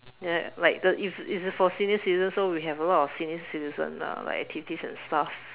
ya like the if it's for senior citizen so we have a lot of senior citizens lah like activities and stuff